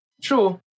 Sure